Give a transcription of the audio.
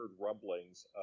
rumblings